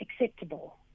acceptable